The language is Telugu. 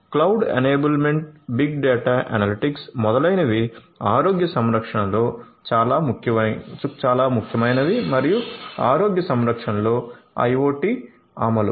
cloud enablement big data analytics మొదలైనవి ఆరోగ్య సంరక్షణలో చాలా ముఖ్యమైనవి మరియు ఆరోగ్య సంరక్షణలో IOT అమలు